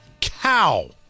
cow